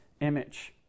image